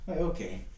okay